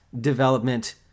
development